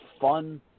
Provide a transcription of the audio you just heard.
fun